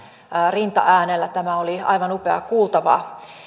rintaäänellä tämä oli aivan upeaa kuultavaa